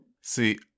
See